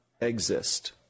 exist